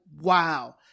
wow